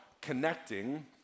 connecting